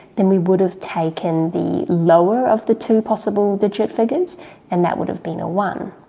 then we would've taken the lower of the two possible digit figures and that would've been a one.